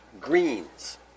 Greens